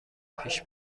پیش